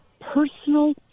personal